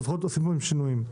לפחות עושים בהם שינויים.